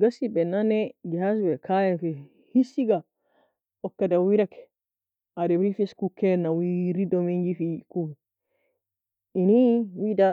Ghasibae nan nae kaya fe hese ga oka dawira ke ademre fa eska ukirena wereado menjei fejeikoe. Eny wida